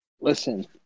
listen